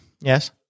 Yes